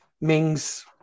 Mings